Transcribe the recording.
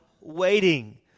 waiting